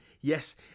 yes